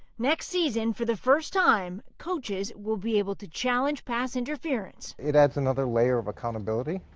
next season, for the first time, coaches will be able to challenge pass interference. it adds another layer of accountability.